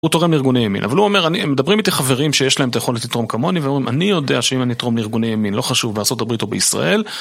הוא תורם לארגוני ימין, אבל הוא אומר, מדברים איתי חברים שיש להם את היכולת לתרום כמוני ואומרים, אני יודע שאם אני אתרום לארגוני ימין לא חשוב בארה״ב או בישראל